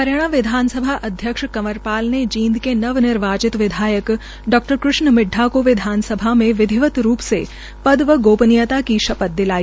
हरियाणा विधानसभा अध्यक्ष श्री कंवर पाल ने जींद के नवनिर्वाचित विधायक डॉ॰कृष्ण मिड् ा को विधानसभा में विधिवित रूप से पद एवं गोपनीयता की शपथ दिलाई